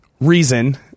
reason